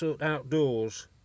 outdoors